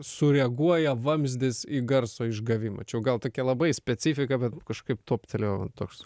sureaguoja vamzdis į garso išgavimą čia jau gal tokia labai specifika bet nu kažkaip toptelėjo toks